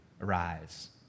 arise